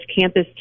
campus